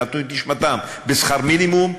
שנתנו את נשמתם בשכר מינימום,